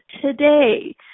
today